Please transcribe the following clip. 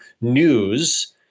news